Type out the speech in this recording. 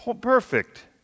perfect